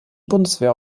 bundeswehr